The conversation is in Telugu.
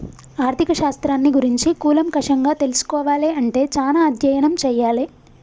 ఆర్ధిక శాస్త్రాన్ని గురించి కూలంకషంగా తెల్సుకోవాలే అంటే చానా అధ్యయనం చెయ్యాలే